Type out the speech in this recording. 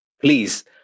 please